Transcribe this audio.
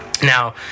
Now